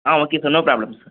ah okay sir no problem sir